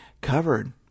covered